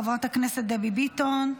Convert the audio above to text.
חברת הכנסת דבי ביטון,